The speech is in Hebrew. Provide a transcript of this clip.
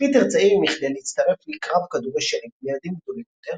פיטר צעיר מכדי להצטרף לקרב כדורי שלג עם ילדים גדולים יותר,